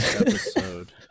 episode